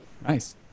Nice